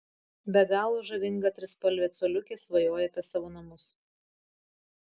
be galo žavinga trispalvė coliukė svajoja apie savo namus